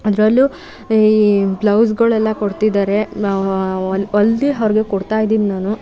ಅದರಲ್ಲೂ ಈ ಬ್ಲೌಸುಗಳೆಲ್ಲ ಕೊಡ್ತಿದ್ದಾರೆ ನಾವು ಹೊಲ್ದು ಅವ್ರಿಗೆ ಕೊಡ್ತಾ ಇದ್ದೀನಿ ನಾನು